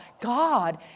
God